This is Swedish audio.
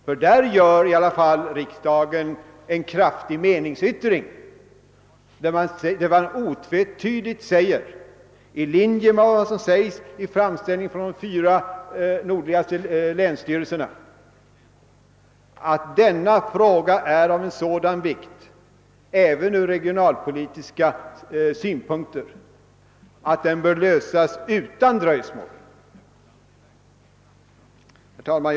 Den innebär i alla fall att riksdagen skall göra en kraftig meningsyttring i linje med vad som framhållits av länsstyrelserna i de fyra nordligaste länen, att denna fråga är av sådan vikt även ur regionalpolitiska synpunkter att den bör lösas utan dröjsmål. Herr talman!